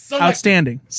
outstanding